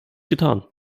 getan